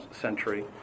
century